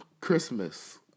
Christmas